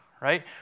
right